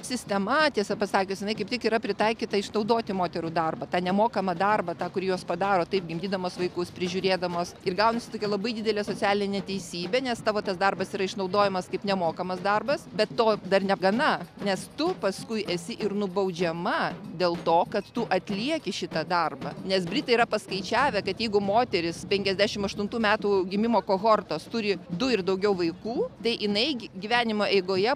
sistema tiesą pasakius jinai kaip tik yra pritaikyta išnaudoti moterų darbą tą nemokamą darbą tą kuri juos padaro taip gimdydamos vaikus prižiūrėdamos ir gaunasi tokia labai didelė socialinė neteisybė nes tavo tas darbas yra išnaudojamas kaip nemokamas darbas bet to dar negana nes tu paskui esi ir nubaudžiama dėl to kad tu atlieki šitą darbą nes britai yra paskaičiavę kad jeigu moteris penkiasdešimt aštuntų metų gimimo kohortos turi du ir daugiau vaikų tai jinai gi gyvenimo eigoje